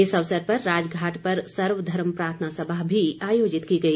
इस अवसर पर राजघाट पर सर्वधर्म प्रार्थना सभा भी आयोजित की गई